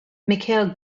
mikhail